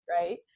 right